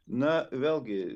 na vėlgi